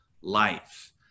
life